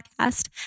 podcast